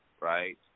right